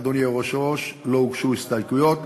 אדוני היושב-ראש, לא הוגשו הסתייגויות,